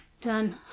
Done